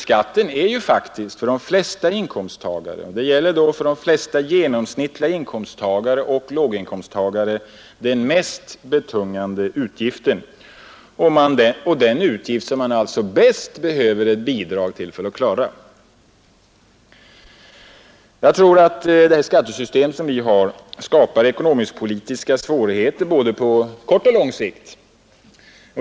Skatten är ju faktiskt för de flesta inkomsttagare — även för de flesta genomsnittliga inkomsttagare och låginkomsttagare — den mest betungande utgiften och den utgift som man bäst behöver ett bidrag för att klara. Det skattesystem vi har skapar ekonomisk-politiska svårigheter både på kort och på lång sikt.